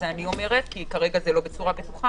את זה אני אומרת כי כרגע זה לא בצורה בטוחה.